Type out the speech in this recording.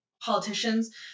politicians